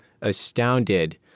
astounded